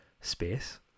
space